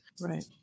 Right